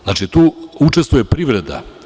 Znači, tu učestvuje privreda.